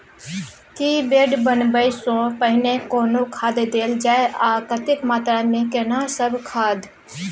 की bed बनबै सॅ पहिने कोनो खाद देल जाय आ कतेक मात्रा मे केना सब खाद?